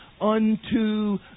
unto